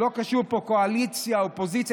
לא קשור פה קואליציה או אופוזיציה.